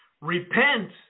repent